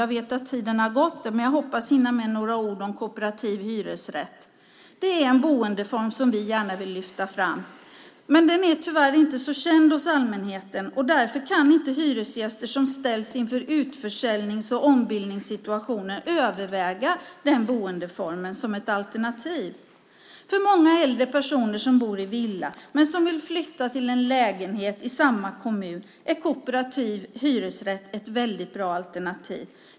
Jag vet att min talartid egentligen är slut, men jag hoppas ändå få säga några ord om kooperativ hyresrätt. Det är en boendeform som vi gärna vill lyfta fram, men den är tyvärr inte särskilt känd bland allmänheten. Därför kan inte hyresgäster som ställs inför utförsäljnings och ombildningssituationer överväga den boendeformen som ett alternativ. För många äldre personer som bor i villa men som vill flytta till en lägenhet i samma kommun är kooperativ hyresrätt ett mycket bra alternativ.